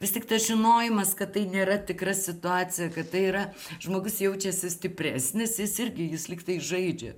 vis tik tas žinojimas kad tai nėra tikra situacija kad tai yra žmogus jaučiasi stipresnis jis irgi jis lygtai žaidžia